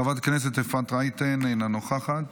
חברת הכנסת אפרת רייטן, אינה נוכחת,